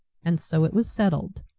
and so it was settled.